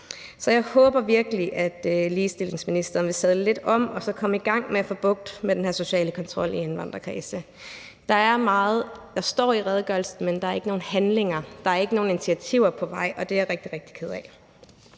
Så jeg håber virkelig, at ligestillingsministeren vil sadle lidt om og så komme i gang med at få bugt med den her sociale kontrol i indvandrerkredse. Der står meget i redegørelsen, men der er ikke nogen handlinger og ikke nogen initiativer på vej, og det er jeg rigtig, rigtig ked af.